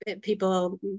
people